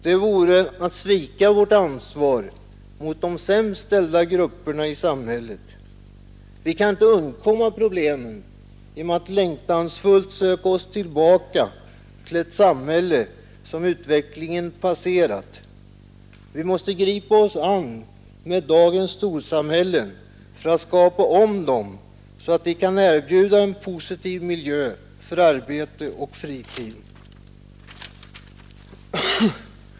Det vore att svika vårt ansvar mot de sämst ställda grupperna i samhället. Vi kan inte undkomma problemen genom att längtansfullt söka oss tillbaka till ett samhälle som utvecklingen passerat. Vi måste gripa oss an med dagens storsamhällen för att skapa om dem, så att de kan erbjuda en positiv miljö för arbete och fritid.